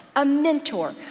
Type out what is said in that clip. a mentor,